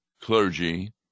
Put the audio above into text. clergy